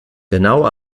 genau